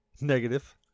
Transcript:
negative